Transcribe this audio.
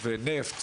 נפט,